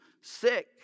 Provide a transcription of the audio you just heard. sick